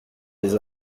les